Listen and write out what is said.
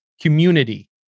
community